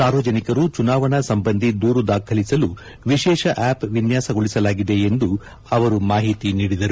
ಸಾರ್ವಜನಿಕರು ಚುನಾವಣಾ ಸಂಬಂಧಿ ದೂರು ದಾಖಲಿಸಲು ವಿಶೇಷ ಆಶ್ ವಿನ್ಲಾಸಗೊಳಿಸಲಾಗಿದೆ ಎಂದು ಅವರು ಮಾಹಿತಿ ನೀಡಿದರು